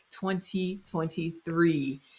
2023